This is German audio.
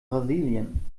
brasilien